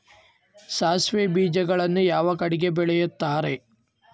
ಸಾಸಿವೆ ಬೇಜಗಳನ್ನ ಯಾವ ಕಡೆ ಬೆಳಿತಾರೆ?